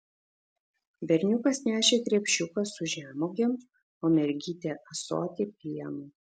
berniukas nešė krepšiuką su žemuogėm o mergytė ąsotį pieno